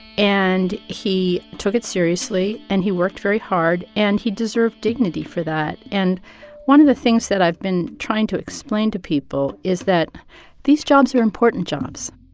and he took it seriously, and he worked very hard, and he deserved dignity for that. and one of the things that i've been trying to explain to people is that these jobs are important jobs.